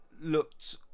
looked